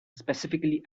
specifically